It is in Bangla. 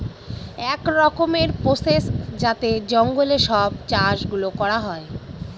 এক রকমের প্রসেস যাতে জঙ্গলে সব চাষ গুলো করা হয়